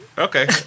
okay